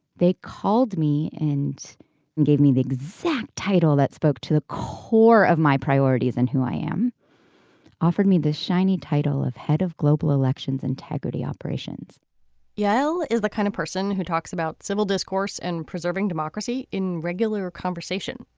they called me and and gave me the exact title that spoke to the core of my priorities and who i am offered me this shiny title of head of global elections integrity operations yale is the kind of person who talks about civil discourse and preserving democracy in regular conversation.